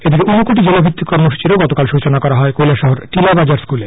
এদিকে উনকোটি জেলাভিত্তিক কর্মসচিরও গতকাল সচনা করা হয় কৈলাশহর টিলাবাজার স্কুলে